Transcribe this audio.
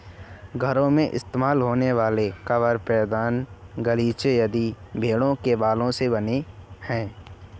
घरों में इस्तेमाल होने वाले कंबल पैरदान गलीचे आदि भेड़ों के बालों से बनते हैं